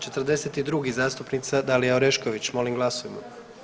42. zastupnica Dalija Orešković, molim glasujmo.